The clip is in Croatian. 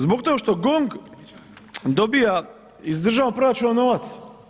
Zbog toga što GONG dobiva iz državnog proračuna novac.